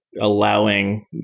allowing